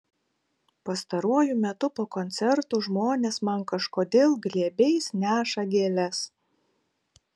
pastaruoju metu po koncertų žmonės man kažkodėl glėbiais neša gėles